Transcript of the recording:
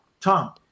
Tom